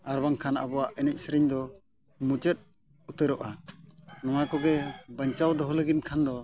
ᱟᱨ ᱵᱟᱝᱠᱷᱟᱱ ᱟᱵᱚᱣᱟᱜ ᱮᱱᱮᱡ ᱥᱮᱨᱮᱧ ᱫᱚ ᱢᱩᱪᱟᱹᱫ ᱩᱛᱟᱹᱨᱚᱜᱼᱟ ᱱᱚᱣᱟ ᱠᱚᱜᱮ ᱵᱟᱧᱪᱟᱣ ᱫᱚᱦᱚ ᱞᱟᱹᱜᱤᱫᱚ ᱠᱷᱟᱱ ᱫᱚ